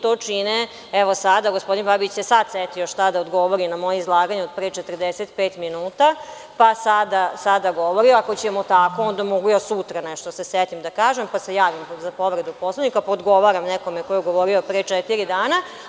To čine sada evo gospodin Babić se sada setio šta da odgovori na moje izlaganje od pre 45 minuta, ako ćemo tako, onda ja mogu sutra nečega da se setim i da kažem, javim se za povredu Poslovnika i odgovaram nekome ko je govorio pre četiri dana.